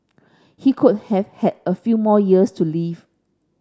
he could have had a few more years to live